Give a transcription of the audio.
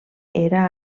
era